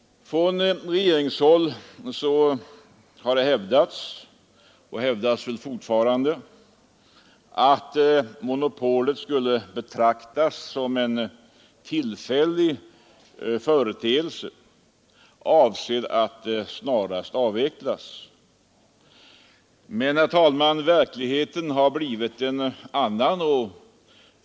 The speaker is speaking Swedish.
Från regeringshåll har det hävdats — och det hävdas väl fortfarande — att monopolet skulle betraktas som en tillfällig företeelse, avsedd att snarast avvecklas. Men, herr talman, verkligheten har blivit en annan.